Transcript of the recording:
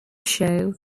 show